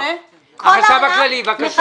החשב הכללי, בבקשה.